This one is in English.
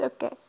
Okay